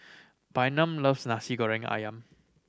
Bynum loves Nasi Goreng Ayam